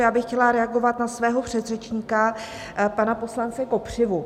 Já bych chtěla reagovat na svého předřečníka, pana poslance Kopřivu.